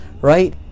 right